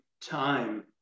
time